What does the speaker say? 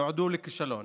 נועדו לכישלון